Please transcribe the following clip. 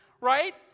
right